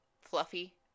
Fluffy